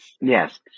Yes